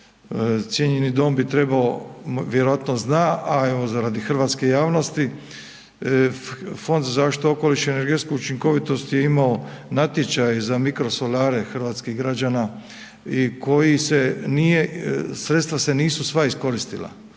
cijenjeni dom bi trebao, vjerovatno zna a evo za radi hrvatske javnosti, Fond za zaštitu okoliša i energetsku učinkovitost je imao natječaj za mikrosolare hrvatskih građana i koji se nije, sredstva se nisu sva iskoristila.